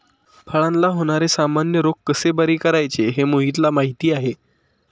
फळांला होणारे सामान्य रोग कसे बरे करायचे हे मोहितला माहीती आहे